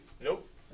Nope